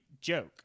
joke